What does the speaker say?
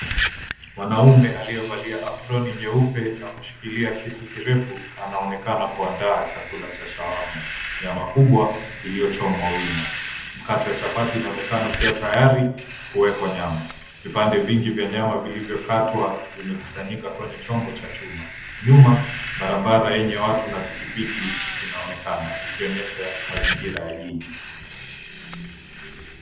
Mwanaume aliyevalia aproni nyeupe na kushikilia kisu kirefu anaonekana kuandaa chakula cha shawarma, nyama kubwa iliochomwa wima, mkate wa chapati unaonekana ukiwa tayari kuwekwa nyama. Vipande vingi vya nyama vilivyokatwa vimekusanyika kwenye chombo cha chuma. Nyuma barabara yenye watu na pikipiki inaonekana ikionyesha mazingira ya jiji.